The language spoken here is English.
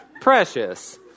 Precious